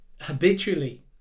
habitually